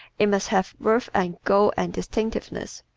it must have verve and go and distinctiveness.